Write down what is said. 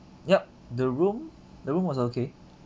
yup the room the room was okay